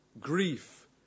grief